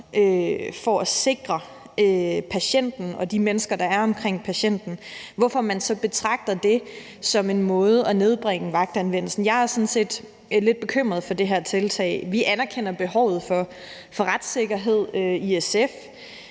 for at sikre patienten og de mennesker, der er omkring patienten, over, hvorfor man så betragter det som en måde at nedbringe magtanvendelsen på. Jeg er sådan set lidt bekymret for det her tiltag. Vi anerkender behovet for retssikkerhed i SF,